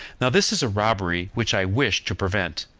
now this is a robbery which i wish to prevent,